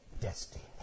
destiny